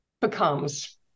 becomes